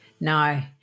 No